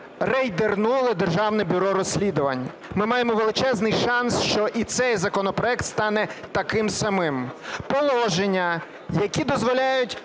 рейдернуло Державне бюро розслідувань. Ми маємо величезний шанс, що і цей законопроект стане таким самим. Положення, які дозволяють